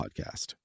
podcast